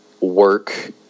work